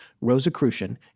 Rosicrucian